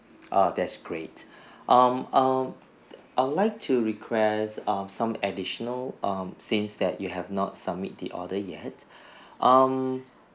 uh that's great um um I would like to request err some additional um since that you have not submit the order yet um